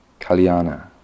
Kalyana